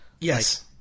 Yes